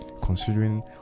considering